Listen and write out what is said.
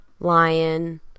lion